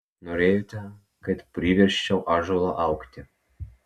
norėjote kad priversčiau ąžuolą augti